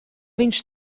viņš